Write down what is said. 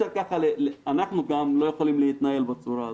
אנחנו לא יכולים להתנהל בצורה הזו.